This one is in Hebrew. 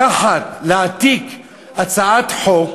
לקחת, להעתיק הצעת חוק